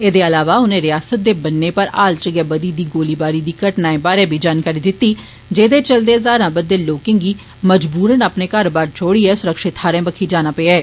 एहदे अलावा उने रिआसता दे बर्न्ने पर हाल च गै बधी दी गोलीबारी दिएं घटनाएं बारे बी जानकारी दित्ती जेहदे चलदे हजारां बद्दे लोकें गी मजबूरन अपने घर बार छोड़ियै सुरक्षित थाहरे बक्खी जाना पेआ ऐ